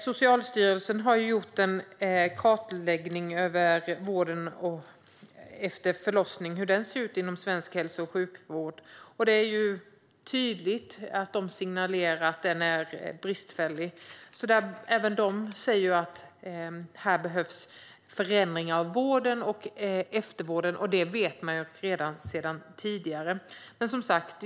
Socialstyrelsen har gjort en kartläggning av hur vården efter förlossning ser ut inom svensk hälso och sjukvård och signalerar tydligt att den är bristfällig och att det behövs förändringar av vården och eftervården, något man vet redan sedan tidigare.